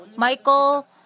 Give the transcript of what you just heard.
Michael